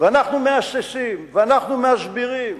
ואנחנו מהססים ואנחנו מסבירים